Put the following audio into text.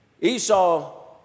Esau